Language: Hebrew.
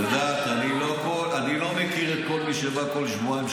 את יודעת שאני לא מכיר את כל מי שבא כל שבועיים,